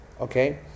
Okay